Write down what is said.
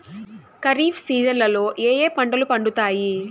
ఖరీఫ్ సీజన్లలో ఏ ఏ పంటలు పండుతాయి